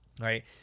Right